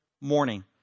morning